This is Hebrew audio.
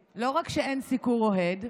אוהד, לא רק שאין סיקור אוהד,